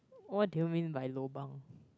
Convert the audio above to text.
what do you mean by lobang